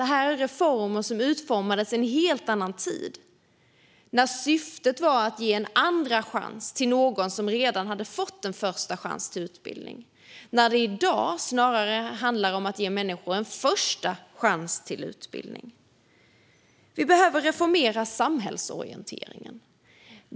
Detta är reformer som utformades i en helt annan tid, när syftet var att ge en andra chans till någon som redan hade fått en första chans till utbildning. I dag handlar det snarare om att ge människor en första chans till utbildning. Vi behöver reformera samhällsorienteringen.